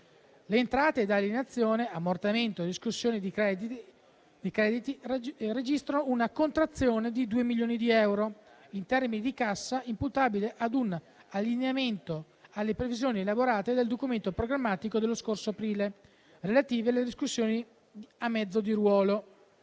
Le entrate da alienazione, ammortamento e riscossione di crediti registrano una contrazione di 2 milioni di euro, in termini di cassa, imputabile ad un allineamento alle previsioni elaborate nel documento programmatico dello scorso aprile, relativo alle riscossioni a mezzo ruolo.